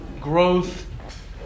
growth